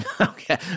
Okay